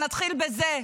נתחיל בזה.